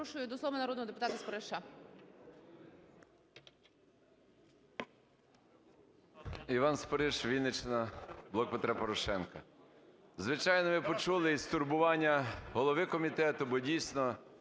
Іван Спориш, Вінниччина, "Блок Петра Порошенка". Звичайно, ми почули і стурбування голови комітету, бо дійсно